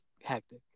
hectic